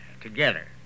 together